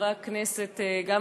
חברת הכנסת עליזה לביא.